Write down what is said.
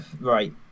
Right